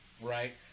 right